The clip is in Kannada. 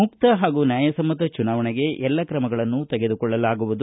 ಮುಕ್ತ ಹಾಗೂ ನ್ಯಾಯ ಸಮ್ದತ ಚುನಾವಣೆಗೆ ಎಲ್ಲ ತ್ರಮಗಳನ್ನು ತೆಗೆದುಕೊಳ್ಳಲಾಗುವುದು